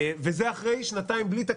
וזה אחרי שנתיים בלי תקציב.